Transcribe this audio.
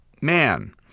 man